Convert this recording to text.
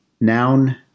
Noun